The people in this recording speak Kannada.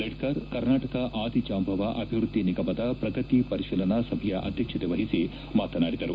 ಲಿಡ್ಡರ್ ಕರ್ನಾಟಕ ಆದಿ ಜಾಂಬವ ಅಭಿವೃದ್ದಿ ನಿಗಮದ ಪ್ರಗತಿ ಪರಿತೀಲನಾ ಸಭೆಯ ಅಧ್ಯಕ್ಷತೆ ವಹಿಸಿ ಅವರು ಮಾತನಾಡಿದರು